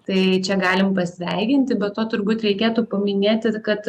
tai čia galim pasveikinti be to turbūt reikėtų paminėti kad